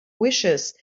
wishes